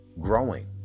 growing